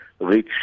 reach